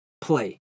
play